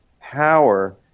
power